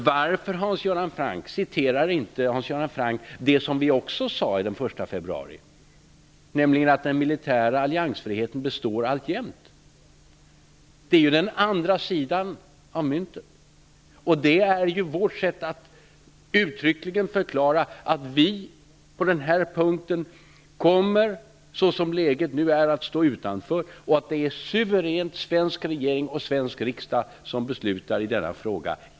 Varför refererar Hans Göran Franck inte det som jag också sade den 1 februari, nämligen att den militära alliansfriheten består alltjämt? Det är ju den andra sidan av myntet. Det är ju vårt sätt att uttryckligen förklara att vi på den här punkten kommer att stå utanför, såsom läget nu är, och det är svensk regering och svensk riksdag som suveränt beslutar i denna fråga.